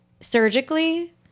surgically